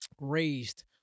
Raised